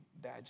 bad